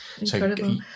Incredible